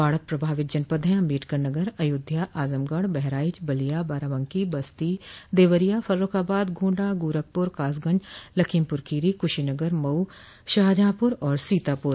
बाढ़ प्रभावित जनपद है अम्बेडकर नगर अयोध्या आजमगढ़ बहराइच बलिया बाराबंकी बस्ती देवरिया फर्रूखाबाद गोण्डा गोरखपुर कासगंज लखीमपुर खीरी कुशीनगर मऊ शाहजहांपुर और सीतापुर